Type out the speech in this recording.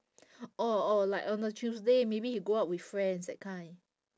or or like on a tuesday maybe he go out with friends that kind